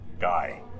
guy